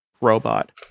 robot